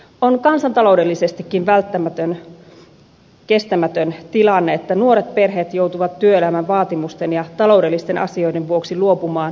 on kansantaloudellisestikin kestämätön tilanne että nuoret perheet joutuvat työelämän vaatimusten ja taloudellisten asioiden vuoksi luopumaan perhehaaveistaan